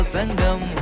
Sangam